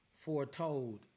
foretold